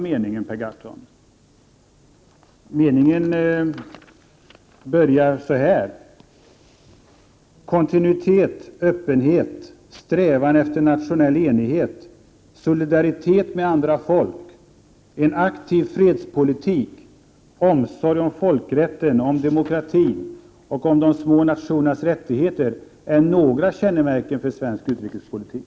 Meningen börjar på s. 11 och lyder så här: ”Kontinuitet, öppenhet, strävan efter nationell enighet, solidaritet med andra folk, en aktiv fredspolitik, omsorg om folkrätten, om demokratin och om de små nationernas rättigheter är några kännemärken för svensk utrikespolitik.